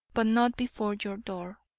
but not before your door.